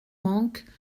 manquent